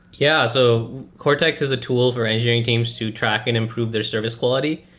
yeah. so cortex is a tool for engineering teams to track and improve their service quality.